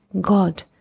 God